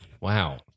Wow